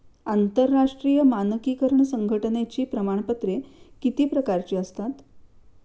आंतरराष्ट्रीय मानकीकरण संघटनेची प्रमाणपत्रे किती प्रकारची असतात?